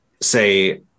say